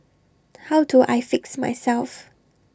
how do I fix myself